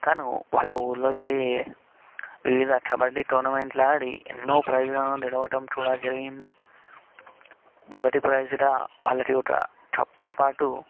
తను వాళ్ళ ఊళ్ళో జరిగే వివిధ కబడ్డీ టోర్నమెంట్లు ఆడి ఎన్నో ప్రైజ్లను గెలవడం కూడా జరిగింది మొదటి ప్రైజ్గా వాళ్ళకి ఒక కప్తో పాటు